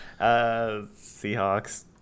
Seahawks